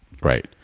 Right